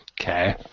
Okay